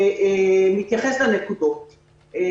מתייחס לנקודות.